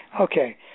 Okay